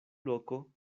loko